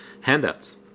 handouts